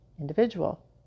individual